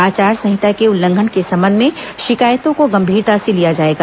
आचार संहिता के उल्लंघन के संबंध में शिकायतों को गंभीरता से लिया जाएगा